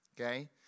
Okay